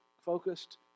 focused